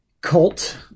cult